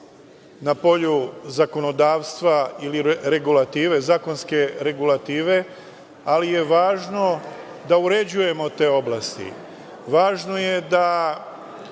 na polju zakonodavstva ili zakonske regulative, ali je važno da uređujemo te oblasti. Važno je da